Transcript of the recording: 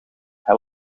hij